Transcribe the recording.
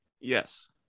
Yes